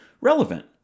relevant